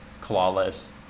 clawless